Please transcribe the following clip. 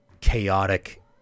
chaotic